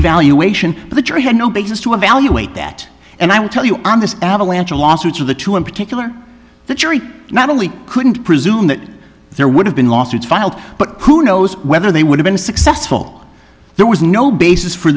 devaluation of the jury had no basis to evaluate that and i will tell you on this avalanche of lawsuits of the two in particular the jury not only couldn't presume that there would have been lawsuits filed but who knows whether they would have been successful there was no basis for